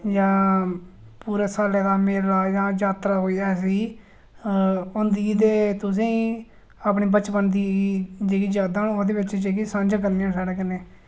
जां पूरे साले दा मेला जां जात्रा कोई ऐसी होंदी ते तुसें ई अपनी बचपन दी जेह्की जादां न ओह्दे बिच जेह्की सांझा करनियां न साढ़े कन्नै